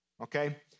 Okay